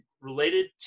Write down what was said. related